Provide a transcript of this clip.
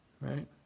right